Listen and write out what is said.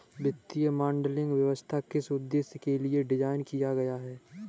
वित्तीय मॉडलिंग व्यवसाय किस उद्देश्य के लिए डिज़ाइन किया गया है?